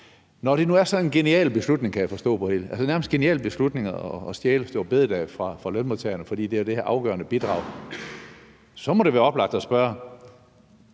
når det nu er sådan en genial beslutning, kan jeg forstå, at stjæle store bededag fra lønmodtagerne, fordi det er det her afgørende bidrag, så må det være oplagt at spørge: